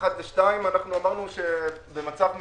אמרנו שבמצב מיוחד,